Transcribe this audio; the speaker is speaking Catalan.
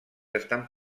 estan